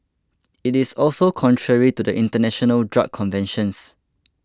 it is also contrary to the international drug conventions